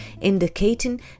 indicating